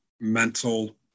mental